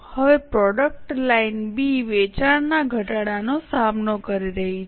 હવે product line બી વેચાણના ઘટાડાનો સામનો કરી રહી છે